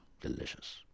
delicious